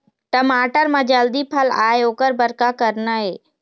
टमाटर म जल्दी फल आय ओकर बर का करना ये?